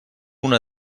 una